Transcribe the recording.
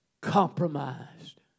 compromised